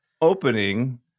opening